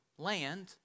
land